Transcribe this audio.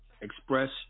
express